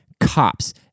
cops